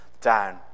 down